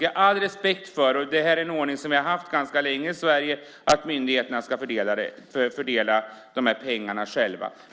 Vi har all respekt för den ordning som vi har haft ganska länge i Sverige, att myndigheterna ska fördela pengarna själva.